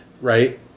right